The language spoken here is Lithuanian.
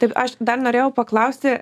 taip aš dar norėjau paklausti